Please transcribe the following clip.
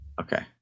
Okay